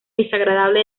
desagradable